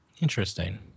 Interesting